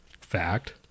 Fact